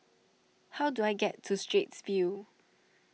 how do I get to Straits View